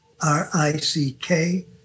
R-I-C-K